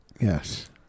Yes